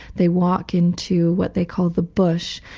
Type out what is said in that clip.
they walk into what they call the bush,